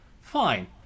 fine